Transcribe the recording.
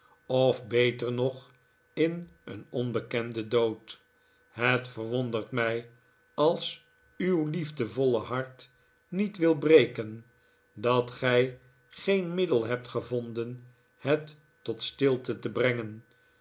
of beter nog in een onbekenden dood het verwondert mij als uw liefdevolle hart niet wil breken dat gij geei middel hebt gevonden het tot stilte te hrengen